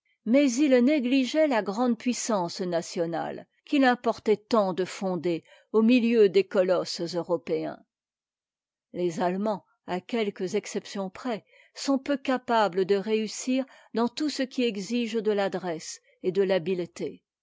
mais ils négligeaient la grande puissance nationale qu'il importait tant de fonder au milieu des colosses européens les allemands à quelques exceptions près sont peu capables de réussir dans tout ce qui exige de j'adresse et de l'habileté